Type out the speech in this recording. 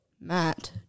Matt